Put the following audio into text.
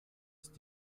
ist